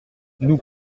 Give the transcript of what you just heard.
nous